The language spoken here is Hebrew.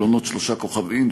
מלונות שלושה כוכבים,